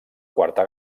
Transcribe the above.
quarta